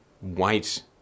White